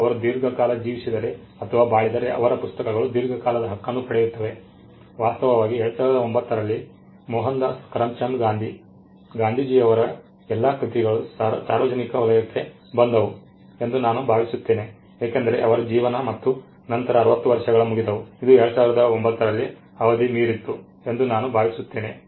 ಮತ್ತು ಅವರು ದೀರ್ಘಕಾಲ ಜೀವಿಸಿದರೆ ಅಥವಾ ಬಾಳಿದರೆ ಅವರ ಪುಸ್ತಕಗಳು ದೀರ್ಘಕಾಲದ ಹಕ್ಕನ್ನು ಪಡೆಯುತ್ತವೆ ವಾಸ್ತವವಾಗಿ 2009 ರಲ್ಲಿ ಮೋಹನ್ದಾಸ್ ಕರಮ್ಚಂದ್ ಗಾಂಧಿ ಗಾಂಧೀಜಿಯವರ ಎಲ್ಲಾ ಕೃತಿಗಳು ಸಾರ್ವಜನಿಕ ವಲಯಕ್ಕೆ ಬಂದವು ಎಂದು ನಾನು ಭಾವಿಸುತ್ತೇನೆ ಏಕೆಂದರೆ ಅವರ ಜೀವನ ಮತ್ತು ನಂತರ 60 ವರ್ಷಗಳು ಮುಗಿದವು ಇದು 2009 ರಲ್ಲಿ ಅವಧಿ ಮೀರಿತು ಎಂದು ನಾನು ಭಾವಿಸುತ್ತೇನೆ